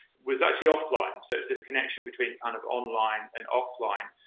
was actually offline. so it's this connection between kind of online and offline.